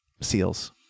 seals